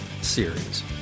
series